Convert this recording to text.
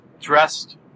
dressed